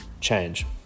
change